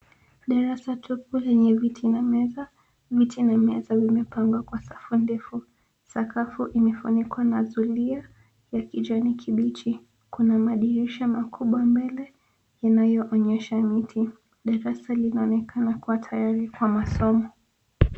Darasa tupu lenye viti na meza. Viti na meza vimepangwa kwa safundi ndefu. Sakafu imefunikwa na zulia ya kijani kibichi. Kuna madirisha makubwa mbele yanayoonyesha miti. Darasa linaonekana kuwa tayari kwa masomo.